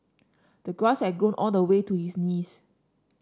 the grass had grown all the way to his knees